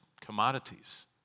commodities